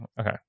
Okay